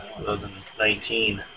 2019